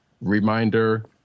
reminder